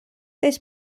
this